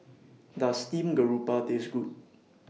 Does Steamed Garoupa Taste Good